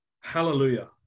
Hallelujah